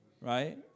right